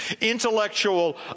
Intellectual